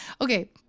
Okay